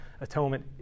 atonement